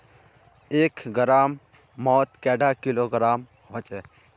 एक ग्राम मौत कैडा किलोग्राम होचे?